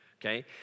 okay